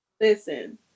listen